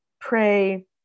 pray